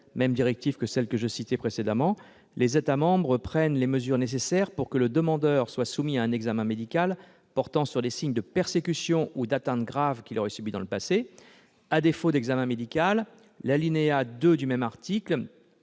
Procédures du 26 juin 2013, que j'ai citée précédemment, les États membres prennent « les mesures nécessaires pour que le demandeur soit soumis à un examen médical portant sur les signes de persécutions ou d'atteintes graves qu'il aurait subies dans le passé ». À défaut d'examen médical, l'alinéa 2 du même article